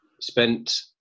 Spent